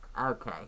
Okay